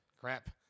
crap